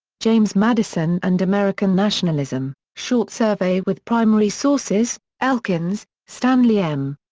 james madison and american nationalism, short survey with primary sources elkins, stanley m.